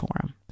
forum